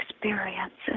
experiences